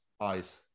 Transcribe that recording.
eyes